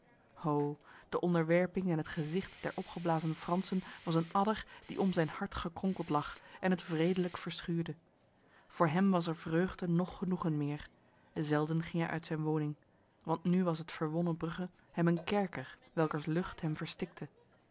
ho de onderwerping en het gezicht der opgeblazen fransen was een adder die om zijn hart gekronkeld lag en het wredelijk verschuurde voor hem was er vreugde noch genoegen meer zelden ging hij uit zijn woning want nu was het verwonnen brugge hem een kerker welkers lucht hem verstikte